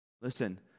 listen